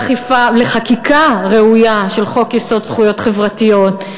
לחקיקה ראויה של חוק-יסוד: זכויות חברתיות,